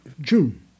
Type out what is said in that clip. June